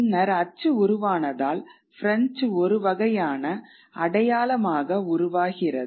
பின்னர் அச்சு உருவானதால் பிரெஞ்சு ஒரு வகையான அடையாளமாக உருவாகிறது